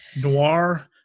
Noir